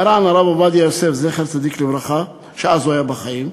מרן הרב עובדיה יוסף זצ"ל, שאז היה בחיים,